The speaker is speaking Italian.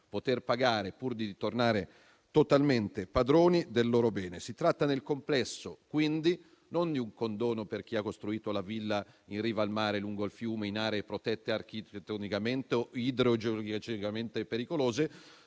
poter pagare, pur di tornare totalmente padroni del loro bene. Si tratta nel complesso, quindi, non di un condono per chi ha costruito la villa in riva al mare, lungo il fiume, in aree protette architettonicamente o idrogeologicamente pericolose